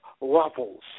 levels